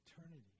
eternity